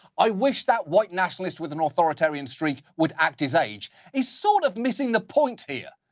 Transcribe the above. i wish that white nationalist with an authoritarian streak would act his age is sort of missing the point here.